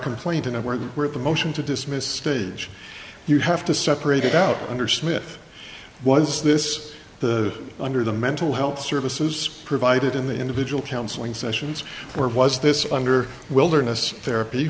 complaint and where they were at the motion to dismiss stage you have to separate it out under smith was this the under the mental health services provided in the individual counseling sessions or was this under wilderness therapy